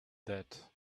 that